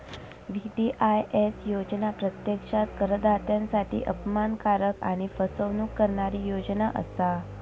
VDIS योजना प्रत्यक्षात करदात्यांसाठी अपमानकारक आणि फसवणूक करणारी योजना असा